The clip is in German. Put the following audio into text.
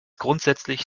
grundsätzlich